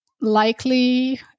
likely